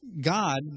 God